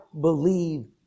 believe